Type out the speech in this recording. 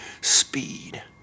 Speed